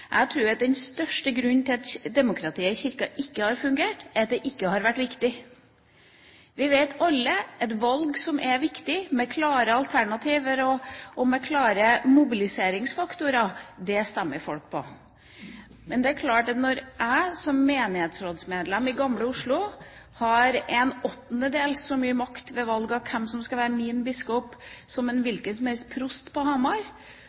Jeg tror at den største grunnen til at demokratiet i Kirken ikke har fungert, er at det ikke har vært viktig. Vi vet alle at ved valg som er viktige, med klare alternativer og med klare mobiliseringsfaktorer, stemmer folk. Det er klart at når jeg som menighetsrådsmedlem i Gamle Oslo har ⅛ så mye makt ved valg av hvem som skal være min biskop, som en hvilken som helst prost på Hamar,